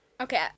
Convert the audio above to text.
Okay